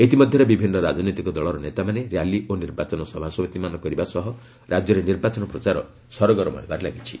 ଇତିମଧ୍ୟରେ ବିଭିନ୍ନ ରାଜନୈତିକ ଦଳର ନେତାମାନେ ର୍ୟାଲି ଓ ନିର୍ବାଚନ ସଭାସମିତିମାନ କରିବା ସହ ରାଜ୍ୟରେ ନିର୍ବାଚନ ପ୍ରଚାର ସରଗରମ ହେବାରେ ଲାଗିଛି